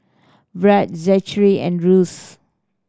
Bright Zachery and Russ